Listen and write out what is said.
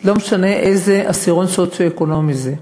לא משנה איזה עשירון סוציו-אקונומי זה.